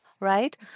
Right